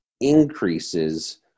increases